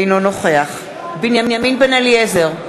אינו נוכח בנימין בן-אליעזר,